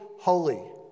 holy